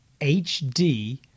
HD